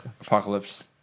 Apocalypse